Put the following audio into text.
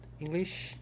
English